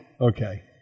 Okay